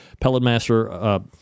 Pelletmaster